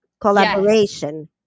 collaboration